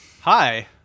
Hi